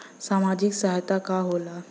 सामाजिक सहायता का होला?